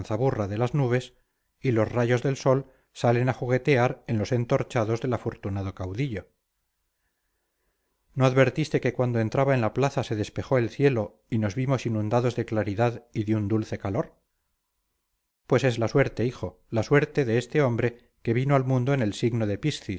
panzaburra de las nubes y los rayos del sol salen a juguetear en los entorchados del afortunado caudillo no advertiste que cuando entraba en la plaza se despejó el cielo y nos vimos inundados de claridad y de un dulce calor pues es la suerte hijo la suerte de este hombre que vino al mundo en el signo de piscis